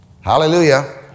Hallelujah